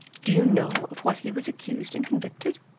do you know of what he was accused and convicted?